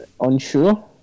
unsure